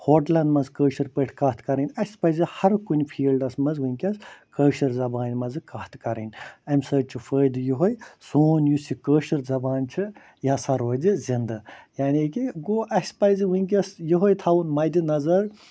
ہوٹلَن مَنٛز کٲشِر پٲٹھۍ کتھ کَرٕنۍ اَسہِ پَزِ ہر کُنہِ فیٖلڈَس مَنٛز وُنکٮ۪س کٲشِر زبانہِ مَنٛز کتھ کَرٕنۍ اَمہِ سۭتۍ چھُ فٲیدٕ یوٚہَے سون یُس یہِ کٲشر زبان چھِ یہِ ہَسا روزِ زِنٛدٕ یعنی کہِ گوٚو اَسہِ پَزِ وُنکٮ۪س یہَے تھاوُن مَدِ نَظَر